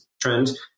trend